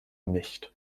nicht